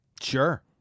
Sure